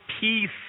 peace